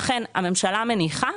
לכן הממשלה מניחה,